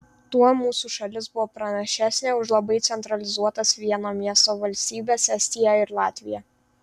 tuo mūsų šalis buvo pranašesnė už labai centralizuotas vieno miesto valstybes estiją ir latviją